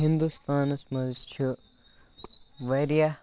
ہِندوستانَس منٛز چھِ واریاہ